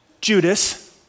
Judas